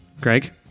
greg